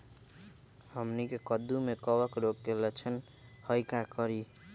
हमनी के कददु में कवक रोग के लक्षण हई का करी?